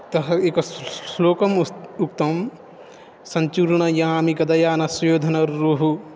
अतः एकः श्लोकः उत उक्तं सञ्चूर्णयामि कथया न सुयोधनरूपं